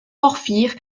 porphyre